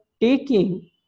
taking